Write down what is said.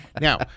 Now